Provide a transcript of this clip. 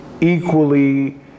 equally